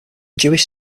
jewish